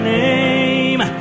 name